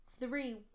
three